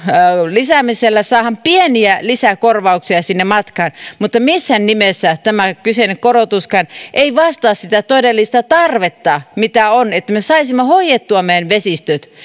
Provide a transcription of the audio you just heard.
lisäämisellä saadaan pieniä lisäkorvauksia sinne matkaan mutta missään nimessä tämä kyseinen korotuskaan ei vastaa sitä todellista tarvetta mikä on että me saisimme hoidettua meidän vesistömme